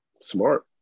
Smart